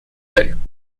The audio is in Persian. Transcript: داریم